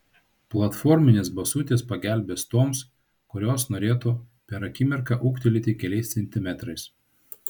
platforminės basutės pagelbės toms kurios norėtų per akimirką ūgtelėti keliais centimetrais